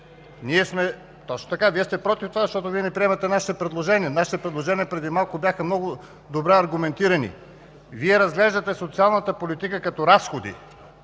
от ГЕРБ.) Точно така – Вие сте против това, защото не приемате нашите предложения. Нашите предложения преди малко бяха много добре аргументирани. Вие разглеждате социалната политика като разходи,